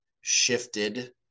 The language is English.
shifted